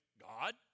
God